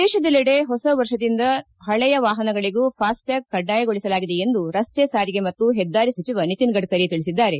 ದೇಶದೆಲ್ಲಡೆ ಹೊಸ ವರ್ಷದಿಂದ ಹಳೆಯ ವಾಹನಗಳಗೂ ಭಾಸ್ಟ್ ಟ್ಯಾಗ್ ಕಡ್ಡಾಯಗೊಳಿಸಲಾಗಿದೆ ಎಂದು ರಸ್ತೆ ಸಾರಿಗೆ ಮತ್ತು ಹೆದ್ದಾರಿ ಸಚಿವ ನಿತಿನ್ ಗಡ್ಕರಿ ತಿಳಿಸಿದ್ದಾರೆ